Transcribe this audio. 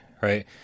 right